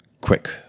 quick